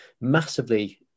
massively